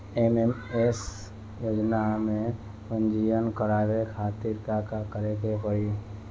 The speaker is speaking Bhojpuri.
एस.एम.ए.एम योजना में पंजीकरण करावे खातिर का का करे के पड़ी?